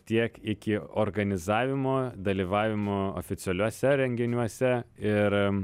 tiek iki organizavimo dalyvavimo oficialiuose renginiuose ir